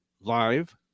live